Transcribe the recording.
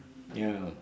ya